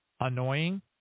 annoying